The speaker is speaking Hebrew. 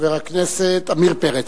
חבר הכנסת עמיר פרץ.